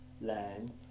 land